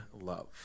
love